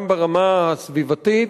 גם ברמה הסביבתית,